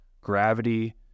gravity